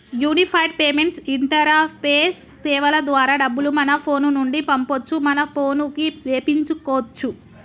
unified payments interface సేవల ద్వారా డబ్బులు మన ఫోను నుండి పంపొచ్చు మన పోనుకి వేపించుకోచ్చు